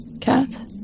Cat